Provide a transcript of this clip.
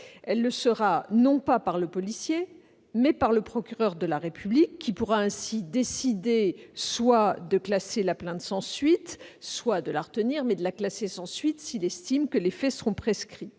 temps, non par le policier, mais par le procureur de la République, qui pourra ainsi décider, soit de classer la plainte sans suite, soit de la retenir puis de la classer s'il estime que les faits sont prescrits.